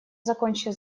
закончу